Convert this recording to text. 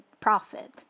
profit